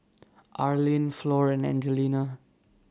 Arlene Flor and Angelina